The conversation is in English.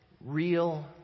Real